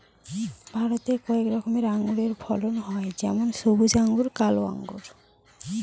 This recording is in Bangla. ভারতে কয়েক রকমের আঙুরের ফলন হয় যেমন সবুজ আঙ্গুর, কালো আঙ্গুর